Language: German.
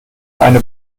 eine